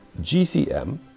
GCM